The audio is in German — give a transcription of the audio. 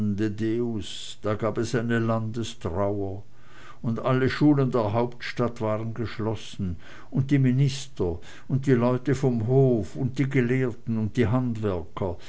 landestrauer und alle schulen in der hauptstadt waren geschlossen und die minister und die leute vom hof und die gelehrten und die handwerker